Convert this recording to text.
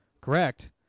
correct